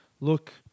look